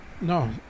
No